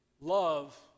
Love